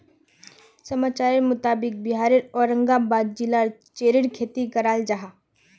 समाचारेर मुताबिक़ बिहारेर औरंगाबाद जिलात चेर्रीर खेती कराल जाहा